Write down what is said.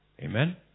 Amen